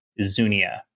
Zunia